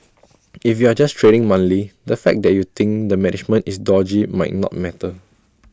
if you're just trading monthly the fact that you think the management is dodgy might not matter